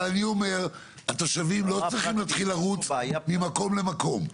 אבל אני אומר התושבים לא צריכים לרוץ ממקום למקום.